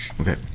Okay